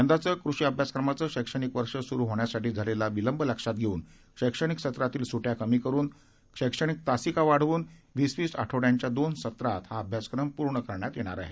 यंदाचे कृषी अभ्यासक्रमाचे शैक्षणिक वर्ष सुरु होण्यासाठी झालेला विलंब लक्षात घेऊन शैक्षणिक सत्रातील सुड्ट्या कमी करुन तसेच शैक्षणिक तासिका वाढवून वीस वीस आठवड्यांच्या दोन सत्रात हा अभ्यासक्रम पूर्ण करण्यात येणार आहे